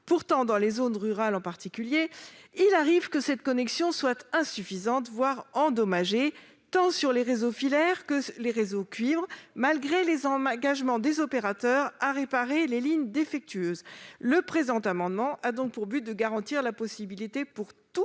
Pourtant, dans les zones rurales en particulier, il arrive que cette connexion soit insuffisante, voire endommagée, sur le réseau filaire cuivre, malgré les engagements des opérateurs à réparer les lignes défectueuses. Le présent amendement a donc pour objet de garantir la possibilité pour tous